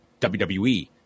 WWE